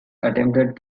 attempted